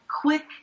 Quick